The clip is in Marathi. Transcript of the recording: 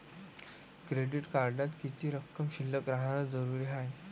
क्रेडिट कार्डात किती रक्कम शिल्लक राहानं जरुरी हाय?